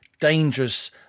dangerous